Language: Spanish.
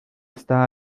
está